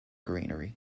greenery